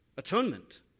Atonement